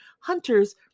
Hunters